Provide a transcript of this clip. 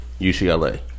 UCLA